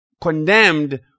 condemned